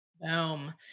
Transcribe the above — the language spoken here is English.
Boom